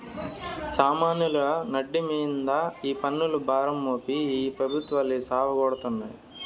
సామాన్యుల నడ్డి మింద ఈ పన్నుల భారం మోపి ఈ పెబుత్వాలు సావగొడతాండాయి